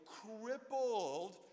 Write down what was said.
crippled